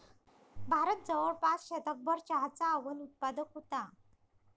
भारत जवळपास शतकभर चहाचा अव्वल उत्पादक होता